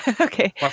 okay